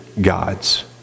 gods